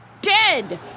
dead